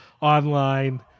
online